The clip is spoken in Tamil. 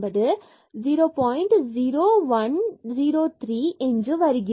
01 03 என்று வருகிறது